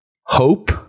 hope